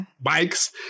bikes